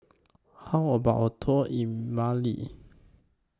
How about A Tour in Mali